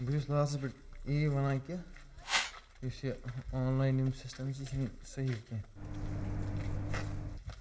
بہٕ چھُس لاسٹَس پٮ۪ٹھ یی وَنان کہِ یُس یہِ آنلایِن یِم سِسٹَم چھِ یہِ چھُنہٕ صحیٖح کیٚنٛہہ